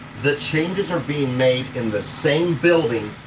the changes are being made in the same building,